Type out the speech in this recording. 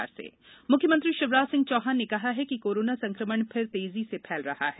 corona CM मुख्यमंत्री श्री शिवराज सिंह चौहान ने कहा है कि कोरोना संक्रमण फिर तेजी से फैल रहा है